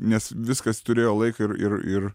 nes viskas turėjo laiką ir ir ir